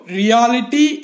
reality